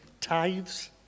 tithes